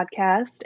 podcast